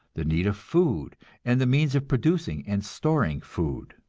the need of food and the means of producing and storing food.